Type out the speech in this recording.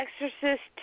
Exorcist